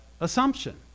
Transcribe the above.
Assumption